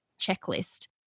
checklist